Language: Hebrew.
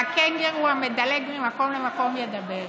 או שרק הקנגורו המדלג ממקום למקום ידבר?